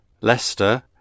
Leicester